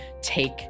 take